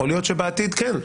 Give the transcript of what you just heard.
יכול להיות שבעתיד כן.